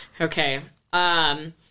Okay